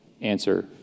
Answer